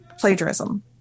plagiarism